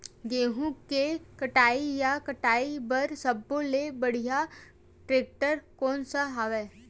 गेहूं के कटाई या कटाई बर सब्बो ले बढ़िया टेक्टर कोन सा हवय?